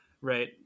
right